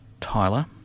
Tyler